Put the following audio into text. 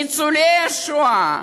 ניצולי השואה,